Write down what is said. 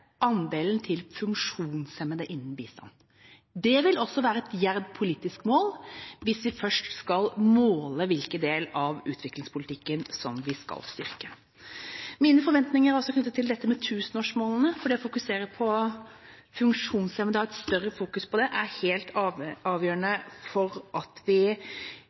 andelen til funksjonshemmede innen bistand. Det ville også være et djervt politisk mål, hvis vi først skal måle hvilken del av utviklingspolitikken vi skal styrke. Mine forventninger er altså knyttet til dette med tusenårsmålene, for det å fokusere på funksjonshemmede i større grad er helt avgjørende for at vi